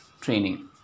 training